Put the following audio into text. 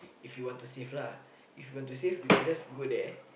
if you want to save lah if you want to save we can just go there